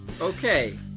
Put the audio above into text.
okay